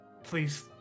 Please